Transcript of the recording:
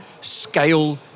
scale